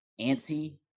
antsy